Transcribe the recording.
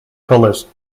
colours